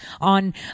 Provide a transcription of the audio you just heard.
on